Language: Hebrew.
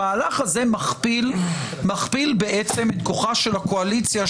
המהלך הזה מכפיל את כוחה של הקואליציה,